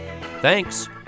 Thanks